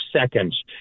seconds